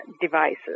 devices